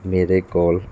ਮੇਰੇ ਕੋਲ